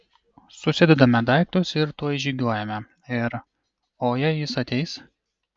susidedame daiktus ir tuoj žygiuojame ir o jei jis ateis